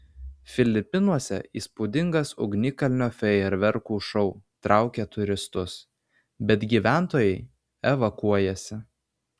filipinuose įspūdingas ugnikalnio fejerverkų šou traukia turistus bet gyventojai evakuojasi